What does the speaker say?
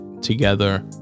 together